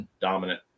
dominant